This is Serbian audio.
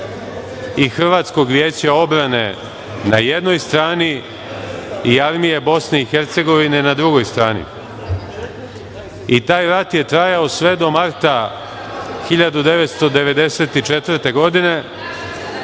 i Hrvatskog vijeća obrane, na jednoj strani i armije Bosne i Hercegovine, na drugoj strani. Taj rat je trajao sve do marta 1994. godine,